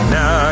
Now